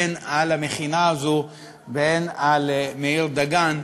הן על המכינה הזו והן על מאיר דגן,